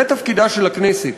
זה תפקידה של הכנסת,